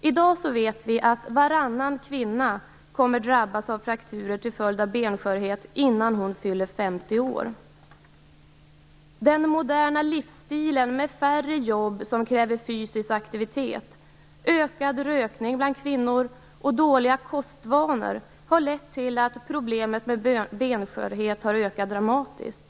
I dag vet vi att varannan kvinna kommer att drabbas av frakturer till följd av benskörhet innan hon fyller 50 år. Den moderna livsstilen med färre jobb som kräver fysisk aktivitet, ökad rökning bland kvinnor och dåliga kostvanor har lett till att problemet med benskörhet har ökat dramatiskt.